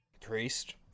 Priest